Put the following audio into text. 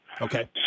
Okay